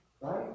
right